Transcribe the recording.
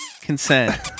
consent